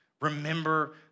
Remember